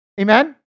Amen